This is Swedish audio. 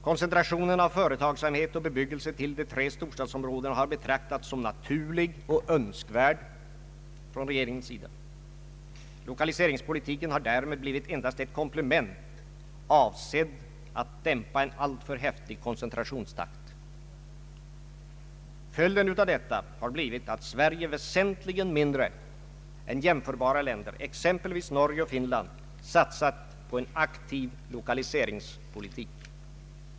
Koncentrationen av företagsamhet och bebyggelse till de tre storstadsområdena har betraktats som naturlig och önskvärd från regeringens sida. Lokaliseringspolitiken har därmed blivit endast ett komplement, avsett att dämpa en alltför häftig koncentrationstakt. Följden av detta har blivit att Sverige väsentligt mindre än jämförbara länder, exempelvis Norge och Finland, satsat på en aktiv lokaliseringspolitik.